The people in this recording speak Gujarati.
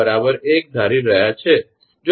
𝛿 1 ધારી રહ્યા છીએ